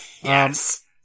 Yes